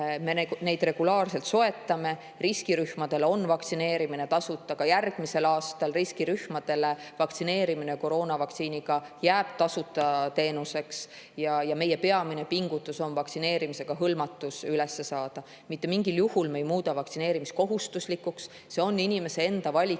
ka neid regulaarselt soetame. Riskirühmadele on vaktsineerimine tasuta ka järgmisel aastal, riskirühmadele jääb vaktsineerimine koroonavaktsiiniga tasuta teenuseks. Meie peamine pingutus on vaktsineerimisega hõlmatus üles saada. Mitte mingil juhul me ei muuda vaktsineerimist kohustuslikuks. See on inimese enda valik,